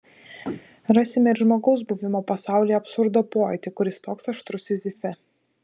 rasime ir žmogaus buvimo pasaulyje absurdo pojūtį kuris toks aštrus sizife